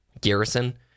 Garrison